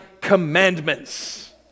commandments